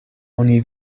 oni